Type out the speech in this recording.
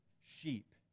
sheep